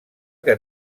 que